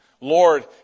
Lord